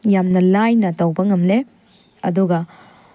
ꯌꯥꯝꯅ ꯂꯥꯏꯅ ꯇꯧꯕ ꯉꯝꯂꯦ ꯑꯗꯨꯒ